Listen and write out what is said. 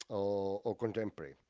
ah or contemporary.